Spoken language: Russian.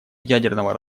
ядерного